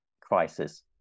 crisis